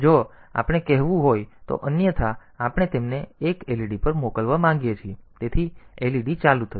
અને જો આપણે કહેવું હોય તો અન્યથા આપણે તેમને 1 LED પર મોકલવા માંગીએ છીએ તેથી LED ચાલુ થશે